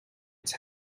its